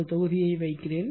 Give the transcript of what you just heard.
ஒரு தொகுதியை வைக்கிறேன்